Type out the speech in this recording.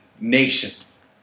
nations